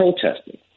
protesting